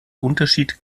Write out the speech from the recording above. unterschied